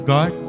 God